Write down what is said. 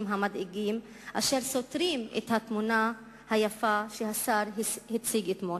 מדאיגים אשר סותרים את התמונה היפה שהשר הציג אתמול.